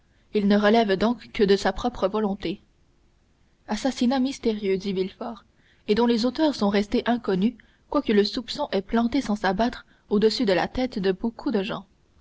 il ne relève donc que de sa propre volonté assassinat mystérieux dit villefort et dont les auteurs sont restés inconnus quoique le soupçon ait plané sans s'abattre au-dessus de la tête de beaucoup de gens